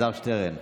שטרן.